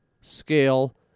scale